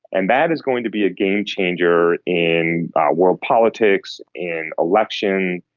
and that is going to be a game changer in world politics, in election,